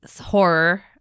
horror